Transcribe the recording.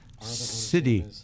City